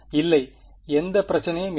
இல்லை எந்த பிரச்சனையும் இல்லை